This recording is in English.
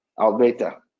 Alberta